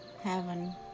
heaven